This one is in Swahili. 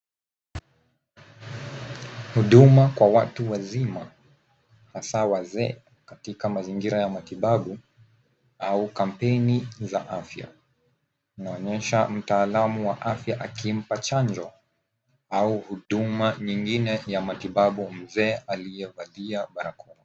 Huduma kwa watu wazima hasa wazee katika mazingira ya matibabu au kampeni za afya inaonyesha mtaalamu wa afya akimpa chanjo au huduma nyingine ya matibabu mzee aliyevalia barakoa.